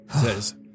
Says